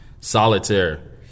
Solitaire